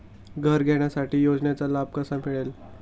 घर घेण्यासाठी योजनेचा लाभ कसा मिळेल?